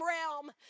realm